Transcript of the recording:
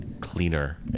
cleaner